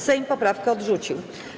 Sejm poprawkę odrzucił.